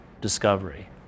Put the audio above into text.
discovery